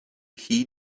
heed